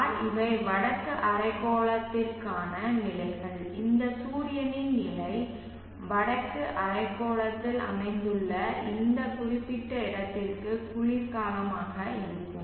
பார் இவை வடக்கு அரைக்கோளத்திற்கான நிலைகள் இந்த சூரியனின் நிலை வடக்கு அரைக்கோளத்தில் அமைந்துள்ள இந்த குறிப்பிட்ட இடத்திற்கு குளிர்காலமாக இருக்கும்